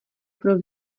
pro